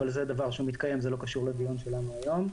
אבל זה דבר שמתקיים וזה לא קשור לדיון שלנו היום.